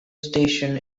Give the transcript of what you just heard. station